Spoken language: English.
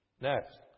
Next